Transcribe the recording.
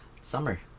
Summer